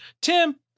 Tim